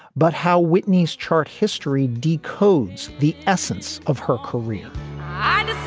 but how whitney's chart history decodes the essence of her career